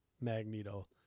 Magneto